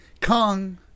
Kong